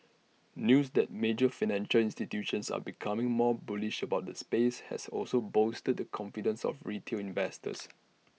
news that major financial institutions are becoming more bullish about the space has also bolstered the confidence of retail investors